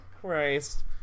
Christ